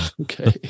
okay